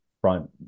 front